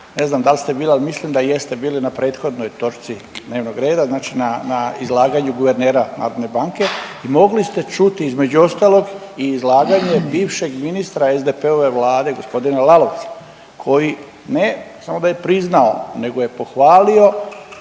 ne znam da li ste bili, ali mislim da jeste bili na prethodnoj točci dnevnog reda, znači na izlaganju guvernera narodne banke i mogli ste čuti, između ostalog i izlaganje bivšeg ministra SDP-ove vlade g. Lalovca koji ne samo da je priznao nego je pohvalio